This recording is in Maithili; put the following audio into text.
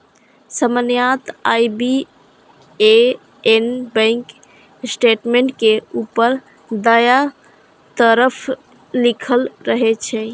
सामान्यतः आई.बी.ए.एन बैंक स्टेटमेंट के ऊपर दायां तरफ लिखल रहै छै